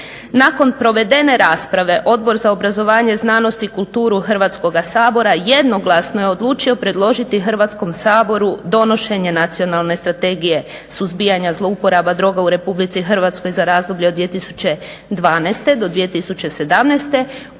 Nakon provedene rasprave Odbor za obrazovanje, znanost i kulturu Hrvatskoga sabora jednoglasno je odlučio predložiti Hrvatskom saboru donošenje nacionalne strategije suzbijanja zlouporaba druga u RH za razdoblje od 2012. do 2017.